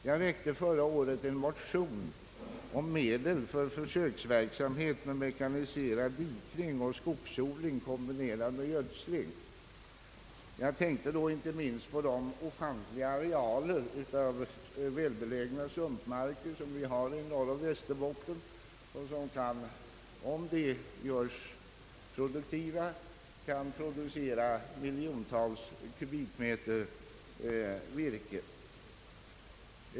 Jag väckte förra året en motion om medel för försöksverksamhet med mekaniserad dikning och skogsodling kombinerad med gödsling. Jag tänkte då inte minst på de ofantliga arealer av välbelägna sumpmarker som finns i Norrbotten och Västerbotten och som kan, om de görs produktiva, producera miljontals kubikmeter virke.